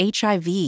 HIV